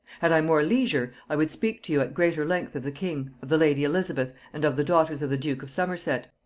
had i more leisure, i would speak to you at greater length of the king, of the lady elizabeth, and of the daughters of the duke of somerset,